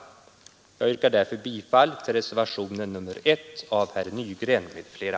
Jag yrkar därför bifall till reservationen 1 av herr Nygren m.fl.